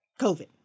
COVID